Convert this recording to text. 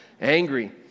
angry